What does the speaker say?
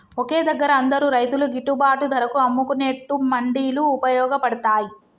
ఒకే దగ్గర అందరు రైతులు గిట్టుబాటు ధరకు అమ్ముకునేట్టు మండీలు వుపయోగ పడ్తాయ్